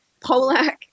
Polak